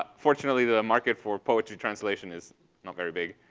ah fortunately, the market for poetry translation is not very big.